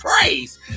praise